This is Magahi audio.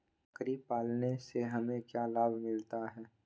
बकरी पालने से हमें क्या लाभ मिलता है?